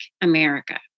America